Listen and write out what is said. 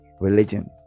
religion